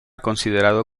considerado